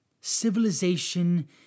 Civilization